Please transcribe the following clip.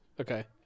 Okay